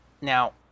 Now